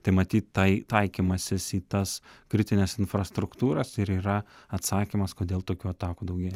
tai matyt tai taikymasis į tas kritines infrastruktūras ir yra atsakymas kodėl tokių atakų daugėja